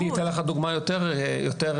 אני אתן לך דוגמה יותר חדה.